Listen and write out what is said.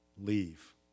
leave